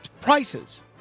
prices